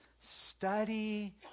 study